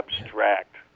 abstract